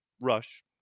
rush